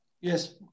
Yes